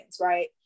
right